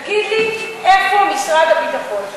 תגיד לי, איפה משרד הביטחון?